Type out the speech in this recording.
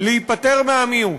להיפטר מהמיעוט.